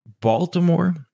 Baltimore